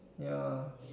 ya